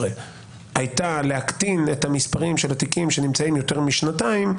הייתה להקטין את המספרים של התיקים שנמצאים יותר משנתיים.